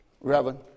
Reverend